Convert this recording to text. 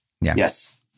Yes